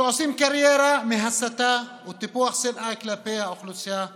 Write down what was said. שעושים קריירה מהסתה ומטיפוח שנאה כלפי האוכלוסייה הערבית.